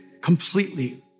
completely